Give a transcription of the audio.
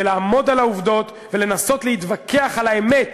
ולעמוד על העובדות ולנסות להתווכח על האמת.